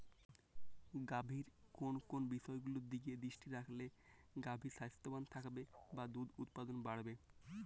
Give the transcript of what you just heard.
গাভীর কোন কোন বিষয়গুলোর দিকে দৃষ্টি রাখলে গাভী স্বাস্থ্যবান থাকবে বা দুধ উৎপাদন বাড়বে?